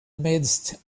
midst